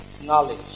knowledge